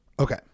Okay